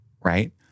right